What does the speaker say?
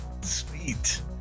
Sweet